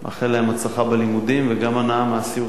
הצלחה בלימודים וגם הנאה מהסיור שלהם כאן בכנסת.